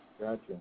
Gotcha